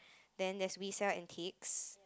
then there's we sell antiques